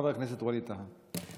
חבר הכנסת ווליד טאהא.